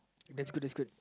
that's good that's good